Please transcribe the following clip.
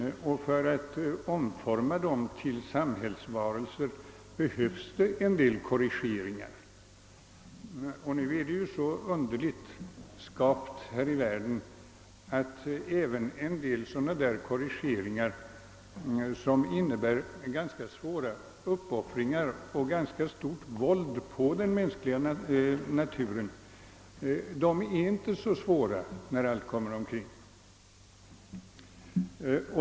För att omforma dem till samhällsvarelser behövs det vissa korrigeringar. Och nu är det så underligt skapt här i världen att till och med en del sådana korrigeringar som kan innebära ganska stort våld på den mänskliga naturen inte är så svåra när allt kommer omkring.